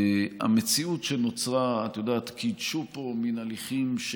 והמציאות שנוצרה, את יודעת, קידשו פה מין הליכים.